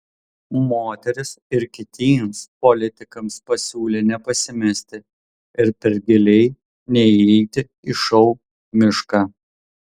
moteris ir kitiems politikams pasiūlė nepasimesti ir per giliai neįeiti į šou mišką